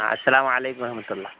السلام علیکم ورحمت اللہ